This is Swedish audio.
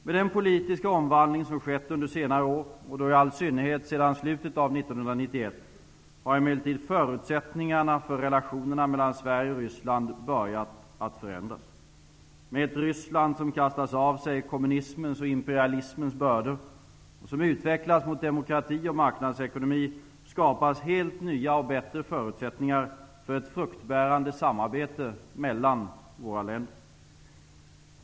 Med den politiska omvandling som skett under senare år, och då i all synnerhet sedan slutet av 1991, har emellertid förutsättningarna för relationerna mellan Sverige och Ryssland börjat att förändras. Med ett Ryssland som kastat av sig kommunismens och imperialismens bördor, och som utvecklas mot demokrati och marknadsekonomi, skapas helt nya och bättre förutsättningar för ett fruktbärande samarbete mellan våra länder.